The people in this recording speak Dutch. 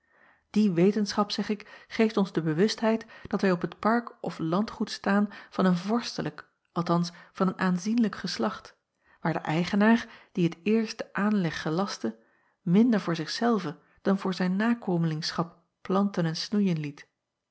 die wetenschap zeg ik geeft ons de bewustheid dat wij op het park of landgoed staan van een vorstelijk althans van een aanzienlijk geslacht waar de eigenaar die t eerst den aanleg gelastte minder voor zich zelven dan voor zijn nakomelingschap planten en snoeien liet